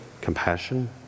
Compassion